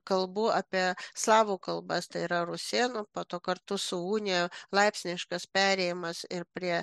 kalbu apie slavų kalbas tai yra rusėnų po to kartu su unija laipsniškas perėjimas ir prie